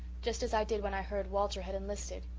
just as i did when i heard walter had enlisted.